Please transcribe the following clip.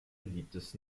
beliebtes